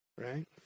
Right